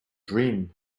dream